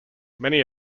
many